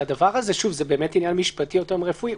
זה באמת עניין משפטי יותר מרפואי.